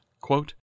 quote